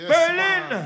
Berlin